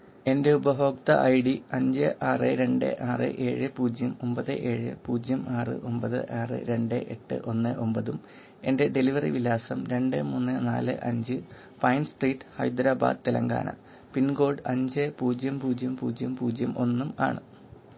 എന്റെ ഉപഭോക്തൃ I D അഞ്ച് ആറ് രണ്ട് ആറ് ഏഴ് പൂജ്യം ഒമ്പത് ഏഴ് പൂജ്യം ആറ് ഒമ്പത് ആറ് രണ്ട് എട്ട് ഒന്ന് ഒമ്പതും എന്റെ ഡെലിവറി വിലാസം രണ്ട് മൂന്ന് നാല് അഞ്ച് pine street Hyderabad Telangana pin code അഞ്ച് പൂജ്യം പൂജ്യം പൂജ്യം പൂജ്യം ഒന്നും ആണ്